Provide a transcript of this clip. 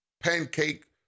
pancake